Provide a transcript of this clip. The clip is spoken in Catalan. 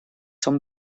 són